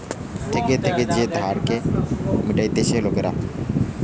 থেকে থেকে যে ধারকে মিটতিছে লোকরা